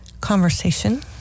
conversation